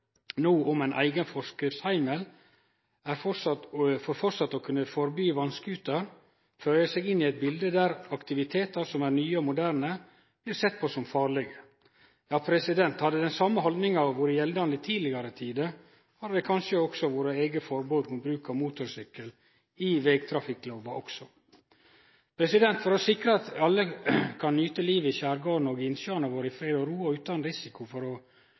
no om ein eigen heimel for forskrift for framleis å kunne forby vass-scooter, føyer seg inn i eit bilete der aktivitetar som er nye og moderne, blir sett på som farlege. Ja, hadde den same haldninga vore gjeldande i tidlegare tider, hadde det kanskje vore eit eige forbod mot bruk av motorsykkel i vegtrafikklova også. For å sikre at vi alle kan nyte livet i skjergarden og på innsjøane våre i fred og ro og utan risiko på grunn av uvettig køyring med motoriserte farkostar, er det behov for